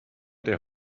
der